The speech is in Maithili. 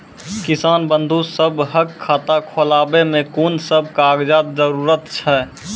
किसान बंधु सभहक खाता खोलाबै मे कून सभ कागजक जरूरत छै?